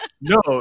No